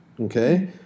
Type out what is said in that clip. okay